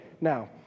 Now